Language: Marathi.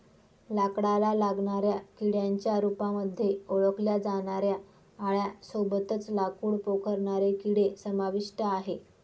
लाकडाला लागणाऱ्या किड्यांच्या रूपामध्ये ओळखल्या जाणाऱ्या आळ्यां सोबतच लाकूड पोखरणारे किडे समाविष्ट आहे